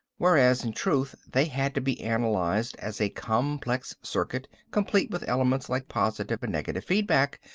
whereas in truth they had to be analyzed as a complex circuit complete with elements like positive and negative feedback,